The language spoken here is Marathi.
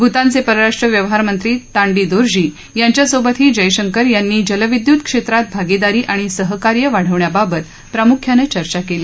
भूतानचे परराष्ट्र व्यवहार मंत्री तांडी दोरजी यांच्यासोबतही जयशंकर यांनी जलविद्युत क्षेत्रात भागिदारी आणि सहकार्य वाढवण्याबाबत प्रामुख्याने चर्चा केली